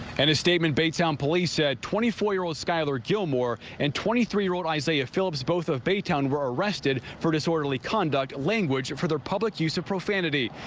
and his statement baytown police said twenty four year-old skyler gilmore and twenty three year-old isaiah phillips both of baytown were arrested for disorderly conduct language for the public use of profanity.